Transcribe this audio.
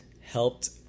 helped